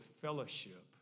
fellowship